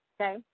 Okay